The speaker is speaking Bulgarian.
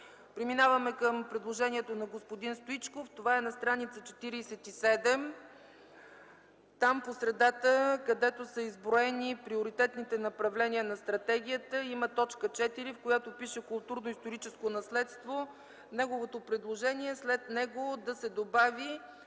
Преминаваме към предложението на господин Стоичков – на стр. 47. Там по средата, където са изброени приоритетните направления на стратегията, има т. 4, в която пише „културно-историческо наследство”. Предложението му е след него да се добави